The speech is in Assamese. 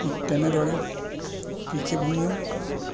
ঠিক তেনেদৰে কৃষিভূমিও